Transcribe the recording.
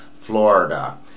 Florida